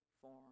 form